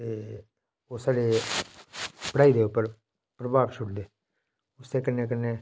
ते ओह् साढ़े पढ़ाई दे उप्पर प्रभाव छोड़दे उस्सै कन्नै कन्नै